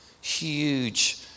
Huge